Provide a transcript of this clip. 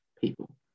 people